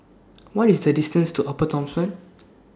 What IS The distance to Upper Thomson